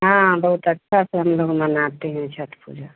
हाँ बहुत अच्छा से हम लोग मनाते हैं छठ पूजा